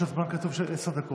יש לו זמן קצוב של עשר דקות.